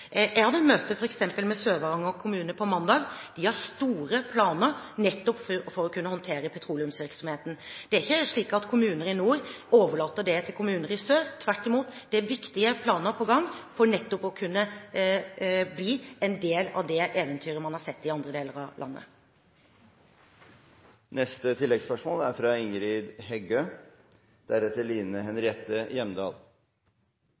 Jeg hadde f.eks. møte med Sør-Varanger kommune på mandag. De har store planer nettopp for å kunne håndtere petroleumsvirksomheten. Det er ikke slik at kommuner i nord overlater det til kommuner i sør. Tvert imot – det er viktige planer på gang for nettopp å kunne bli en del av det eventyret man har sett i andre deler av landet.